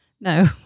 No